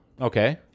okay